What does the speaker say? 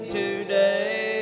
today